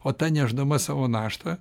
o ta nešdama savo naštą